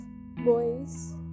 boys